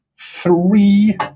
three